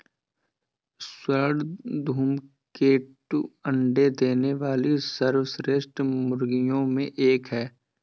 स्वर्ण धूमकेतु अंडे देने वाली सर्वश्रेष्ठ मुर्गियों में एक है